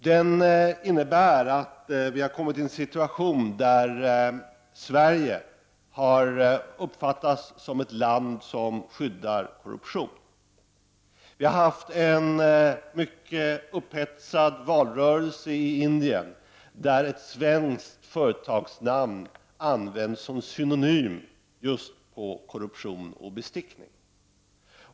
Den innebär att Sverige uppfattas som ett land som skyddar korruption. Det har varit en mycket upphetsad valrörelse i Indien, där ett svenskt företagsnamn används som synonym just till korruption och bestickning.